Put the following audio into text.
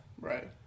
right